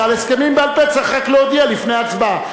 שעל הסכמים בעל-פה צריך רק להודיע לפני ההצבעה.